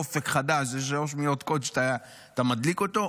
"אופק חדש" אלו כמה מילות קוד שאתה מדליק אותו.